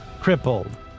crippled